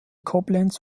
koblenz